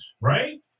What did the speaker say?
right